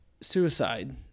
suicide